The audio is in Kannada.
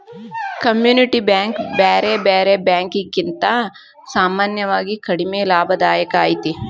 ಕಮ್ಯುನಿಟಿ ಬ್ಯಾಂಕ್ ಬ್ಯಾರೆ ಬ್ಯಾರೆ ಬ್ಯಾಂಕಿಕಿಗಿಂತಾ ಸಾಮಾನ್ಯವಾಗಿ ಕಡಿಮಿ ಲಾಭದಾಯಕ ಐತಿ